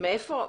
מאיפה?